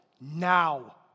now